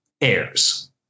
heirs